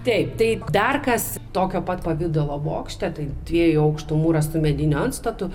taip tai dar kas tokio pat pavidalo bokšte tai dviejų aukštų mūras su mediniu antstatu